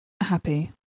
happy